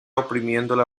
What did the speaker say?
oprimiéndome